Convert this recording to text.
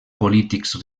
polítics